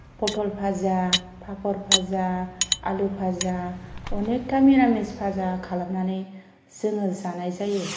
फथल फाजा फाफर फाजा आलु भाजा अनेखथा निरामिस भाजा खालामनानै जोङो जानाय जायो